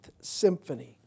Symphony